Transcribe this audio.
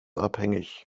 abhängig